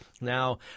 Now